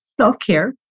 self-care